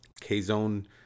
k-zone